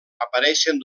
apareixen